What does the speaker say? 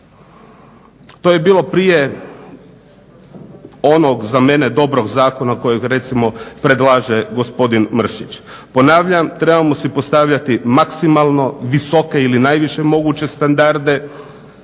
To je bilo prije, onog za mene dobrog zakona kojeg recimo predlaže gospodin Mršić. Ponavljam, trebamo si postavljati maksimalno visoke ili najviše moguće standarde,